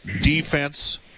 defense